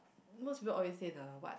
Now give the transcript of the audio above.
most people always say the what